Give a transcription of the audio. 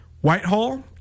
Whitehall